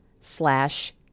slash